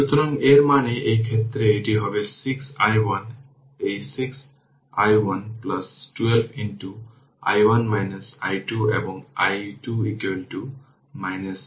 সুতরাং এই ক্ষেত্রে এটি ইউনিটি হিসাবে ডিফাইন করা হয়েছে এবং এটি এইরকম আমরা আঁকেছি কারণ t 0 এর জন্য এটি 0 তাই কিন্তু t 0 এ এটি অনির্ধারিত